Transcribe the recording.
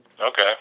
Okay